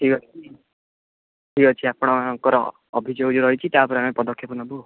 ଠିକ୍ ଅଛି ଠିକ୍ ଅଛି ଆପଣଙ୍କର ଅଭିଯୋଗ ଯୋଉ ରହିଛି ତା ଉପରେ ଆମେ ପଦକ୍ଷେପ ନେବୁ ଆଉ